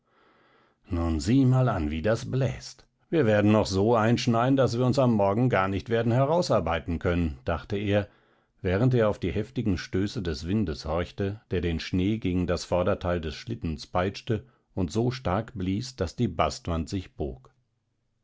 nun sieh mal an wie das bläst wir werden noch so einschneien daß wir uns am morgen gar nicht werden herausarbeiten können dachte er während er auf die heftigen stöße des windes horchte der den schnee gegen das vorderteil des schlittens peitschte und so stark blies daß die bastwand sich bog